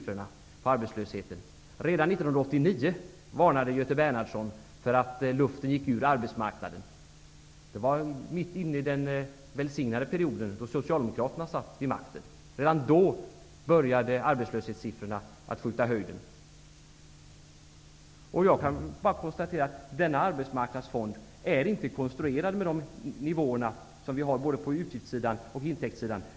Redan 1989 varnade Göte Bernhardsson för att luften gick ur arbetsmarknaden. Det var mitt under den välsignade perioden då Socialdemokraterna hade regeringsmakten. Redan då började arbetslöshetssiffrorna att skjuta i höjden. Jag kan bara konstatera att denna arbetsmarknadsfond inte är konstruerad för de nivåer som vi har både på utgiftssidan och på intäktssidan.